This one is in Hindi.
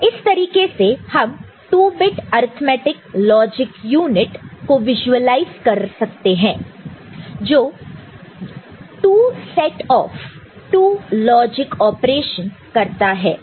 तो इस तरीके से हम 2 बिट अर्थमैटिक लॉजिक यूनिट को व़िज़्युअलाइज कर सकते हैं जो 2 सेट ऑफ 2 लॉजिक ऑपरेशन करता है